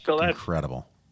incredible